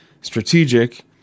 strategic